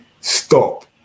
stop